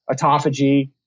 autophagy